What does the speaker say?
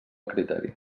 criteri